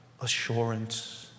assurance